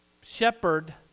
shepherd